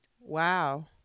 Wow